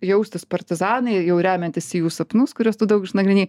jaustis partizanai jau remiantis į jų sapnus kuriuos tu daug išnagrinėjai